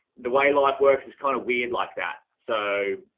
the way life works is kind of weird like that. so